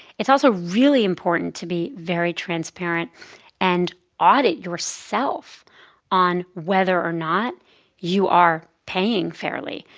it's also really important to be very transparent and audit yourself on whether or not you are paying fairly.